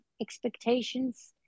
expectations